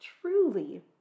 Truly